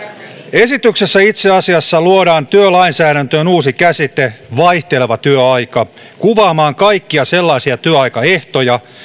esityksessä itse asiassa luodaan työlainsäädäntöön uusi käsite vaihteleva työaika kuvaamaan kaikkia sellaisia työaikaehtoja